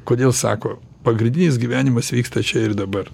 kodėl sako pagrindinis gyvenimas vyksta čia ir dabar